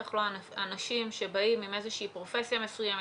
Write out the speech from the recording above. בטח לא אנשים שבאים עם פרופסיה מסוימת,